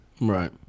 right